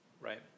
Right